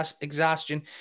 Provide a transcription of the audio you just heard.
exhaustion